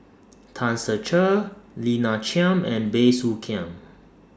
Tan Ser Cher Lina Chiam and Bey Soo Khiang